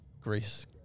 Greece